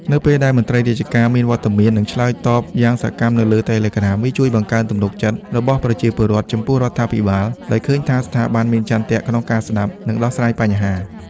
នៅពេលដែលមន្ត្រីរាជការមានវត្តមាន និងឆ្លើយតបយ៉ាងសកម្មនៅលើ Telegram វាជួយ បង្កើនទំនុកចិត្ត របស់ប្រជាពលរដ្ឋចំពោះរដ្ឋាភិបាល ដោយឃើញថាស្ថាប័នមានឆន្ទៈក្នុងការស្ដាប់ និងដោះស្រាយបញ្ហា។